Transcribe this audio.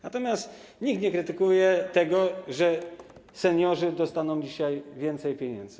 Natomiast nikt nie krytykuje tego, że seniorzy dostaną dzisiaj więcej pieniędzy.